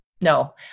No